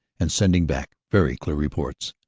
and sending back very clear reports.